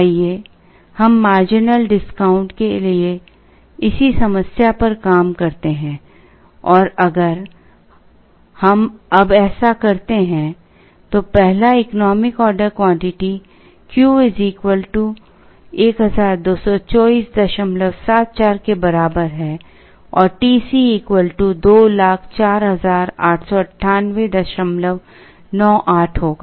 आइए हम marginal discount के लिए इसी समस्या पर काम करते हैं और अगर हम अब ऐसा करते हैं तो पहला इकोनॉमिक ऑर्डर क्वांटिटी Q 122474 के बराबर है और TC 20489898 होगा